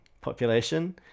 population